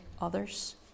others